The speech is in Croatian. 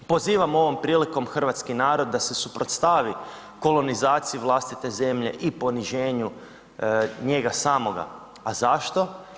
Pozivam ovom prilikom hrvatski narod da se suprotstavi kolonizaciji vlastite zemlje i poniženju njega samoga, a zašto?